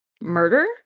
murder